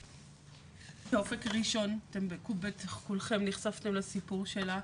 אופק ראשון, אתם בטח כולכם נחשפת לסיפור שלה,